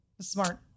smart